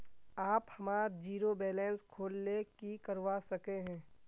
आप हमार zero balance खोल ले की करवा सके है?